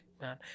man